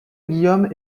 guillaume